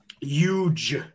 huge